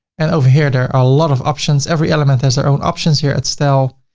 and over here, there are a lot of options. every element has their own options, here at style,